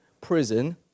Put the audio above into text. prison